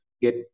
get